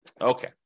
Okay